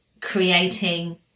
creating